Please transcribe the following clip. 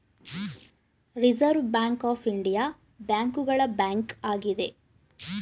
reserve Bank of India ಬ್ಯಾಂಕುಗಳ bank ಆಗಿದೆ